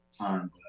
time